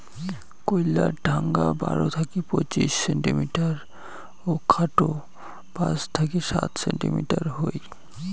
কইল্লার ঢাঙা বারো থাকি পঁচিশ সেন্টিমিটার ও খাটো পাঁচ থাকি সাত সেমি হই